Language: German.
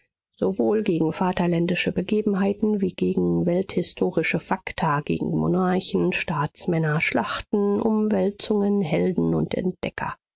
sowohl gegen vaterländische begebenheiten wie gegen welthistorische fakta gegen monarchen staatsmänner schlachten umwälzungen helden und entdecker